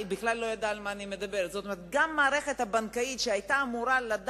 גם אם לא מתעצלים לקרוא את